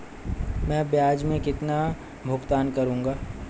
मैं ब्याज में कितना भुगतान करूंगा?